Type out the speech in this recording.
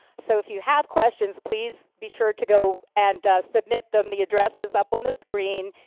so if you have questions, please be sure to go and submit them. the address is up on the screen.